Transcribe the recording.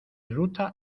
ruta